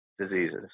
diseases